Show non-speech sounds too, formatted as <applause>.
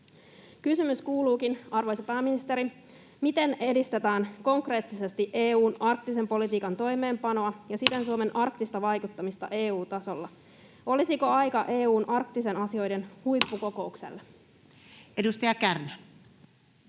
Kysymys kuuluukin, arvoisa pääministeri: Miten edistetään konkreettisesti EU:n arktisen politiikan toimeenpanoa ja siten <noise> Suomen arktista vaikuttamista EU-tasolla? Olisiko aika EU:n arktisten asioiden huippukokoukselle? Edustaja Kärnä.